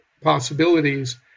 possibilities